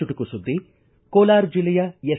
ಚುಟುಕು ಸುದ್ದಿ ಕೋಲಾರ ಜಿಲ್ಲೆಯ ಎಸ್